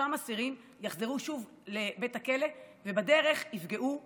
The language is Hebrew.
שאותם אסירים יחזרו שוב לבית הכלא ובדרך יפגעו בקהילה.